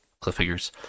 cliffhangers